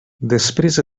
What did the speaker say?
després